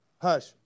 Hush